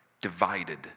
divided